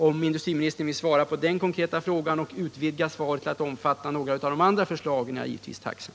Vill industriministern svara på den konkreta frågan och utvidga svaret till att omfatta några av de andra förslagen är jag givetvis tacksam.